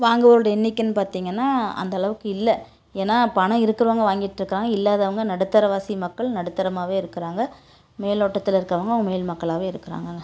வாங்குவோரோடய எண்ணிக்கைனு பார்த்திங்கன்னா அந்தளவுக்கு இல்லை ஏனால் பணம் இருக்கிறவங்க வாங்கிட்டிருக்காங்க இல்லாதவங்கள் நடுத்தரவாசி மக்கள் நடுத்தரமாகவே இருக்கிறாங்க மேலோட்டத்தில் இருக்கறவங்க மேல் மக்களாகவே இருக்கிறாங்கங்க